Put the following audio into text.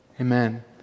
amen